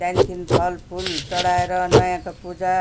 त्यहाँदेखि फलफूल चढाएर नयाँको पूजा